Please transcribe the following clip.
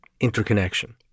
interconnection